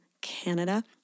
Canada